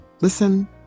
listen